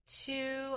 two